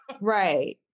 Right